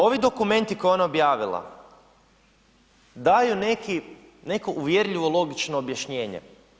Ovi dokumenti koje je ona objavila daju neki, neko uvjerljivo logično objašnjenje.